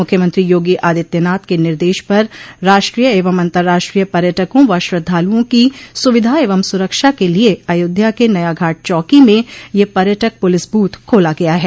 मुख्यमंत्री योगी आदित्यनाथ के निर्देश पर राष्ट्रीय एवं अतंर्राष्ट्रीय पर्यटकों व श्रद्धालुओं की सुविधा एवं सुरक्षा के लिये अयोध्या क नया घाट चौकी में यह पर्यटक प्रलिस बूथ खोला गया है